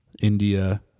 India